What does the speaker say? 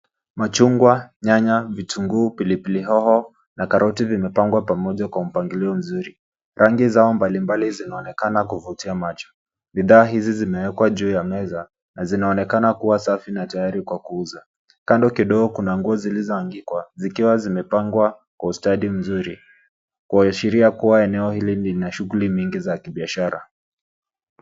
Machungwa, nyanya, vitunguu, pilipili hoho na karoti zimepangwa pamoja kwa mpangilio mzuri. Rangi zao mbalimbali zinaonekana kuvutia macho. Bidhaa hizi zimewekwa juu ya meza na zinaonekana kuwa safi na tayari kwa kuuza. Kando kidogo kuna nguo zilizoanikwa, zikiwa zimepangwa kwa ustadi mzuri, kuashiria kuwa eneo hili lina shughuli mingi za kibiashara.